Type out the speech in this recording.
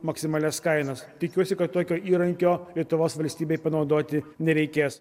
maksimalias kainas tikiuosi kad tokio įrankio lietuvos valstybei panaudoti nereikės